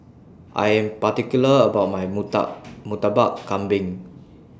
I Am particular about My Murtabak Kambing